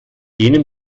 jenem